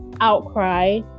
outcry